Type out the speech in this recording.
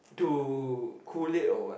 to cool it or what